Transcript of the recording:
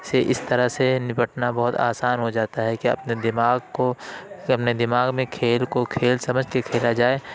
سے اس طرح سے نپٹنا بہت آسان ہو جاتا ہے کہ اپنے دماغ کو اپنے دماغ میں کھیل کو کھیل سمجھ کے کھیلا جائے